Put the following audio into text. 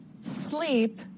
sleep